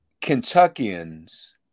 Kentuckians